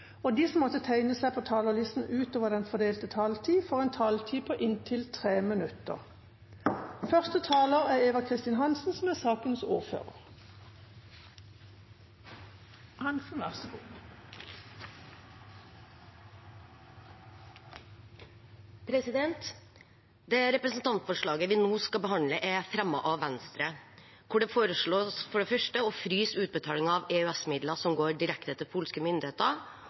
og de som måtte tegne seg på talerlista utover den fordelte taletid, får en taletid på inntil 3 minutter. Det representantforslaget vi nå skal behandle, er fremmet av Venstre. Det foreslås for det første å fryse utbetaling av EØS-midler som går direkte til polske myndigheter,